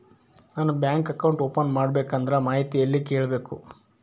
ನಾನು bank account open ಮಾಡಬೇಕಂದ್ರ ಮಾಹಿತಿ ಎಲ್ಲಿ ಕೇಳಬೇಕು?